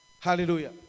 Hallelujah